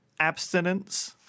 abstinence